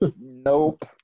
Nope